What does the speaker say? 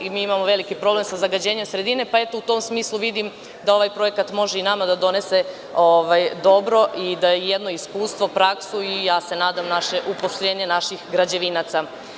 Mi imamo veliki problem sa zagađenjem sredine, pa u tom smislu vidim da ovaj projekat može i nama da donese dobro, jedno iskustvo, praksu i ja se nadam uposlenje naših građevinaca.